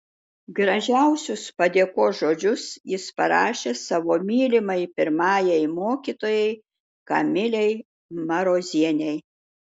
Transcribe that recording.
gražiausius padėkos žodžius jis parašė savo mylimai pirmajai mokytojai kamilei marozienei